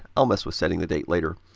i'll mess with setting the date later.